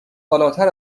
بالاتر